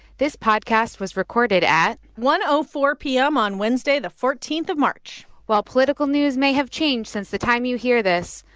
this podcast was recorded at. one four p m. on wednesday, the fourteen of march while political news may have changed since the time you hear this,